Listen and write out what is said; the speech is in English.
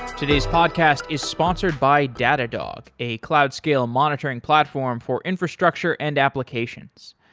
today's podcast is sponsored by datadog, a cloud scale monitoring platform for infrastructure and applications.